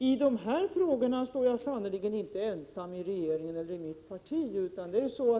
I de här frågorna står jag sannerligen inte ensam i regeringen eller i mitt parti.